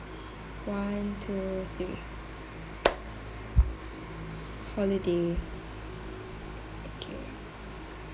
one two three holiday okay